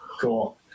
cool